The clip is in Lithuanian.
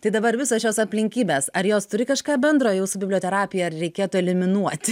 tai dabar visos šios aplinkybės ar jos turi kažką bendro jau su biblioterapija ar reikėtų eliminuoti